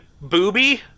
booby